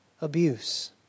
abuse